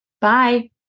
Bye